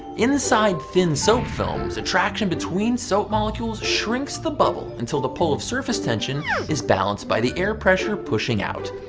inside thin soap films, attraction between soap molecules shrinks the bubble until the pull of surface tension yeah is balanced by the air pressure pushing out.